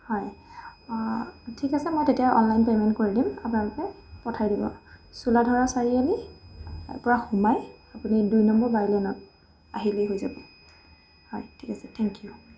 হয় ঠিক আছে মই তেতিয়া অনলাইন পে'মেণ্ট কৰি দিম আপোনালোকে পঠাই দিব চোলাধৰা চাৰিআলি পৰা সোমাই আপুনি দুই নম্বৰ বাইলেনত আহিলেই হৈ যাব হয় ঠিক আছে থেংক ইউ